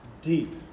deep